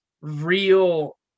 real